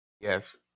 yes